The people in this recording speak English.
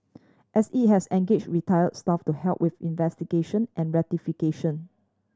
and it has engaged retired staff to help with investigation and rectification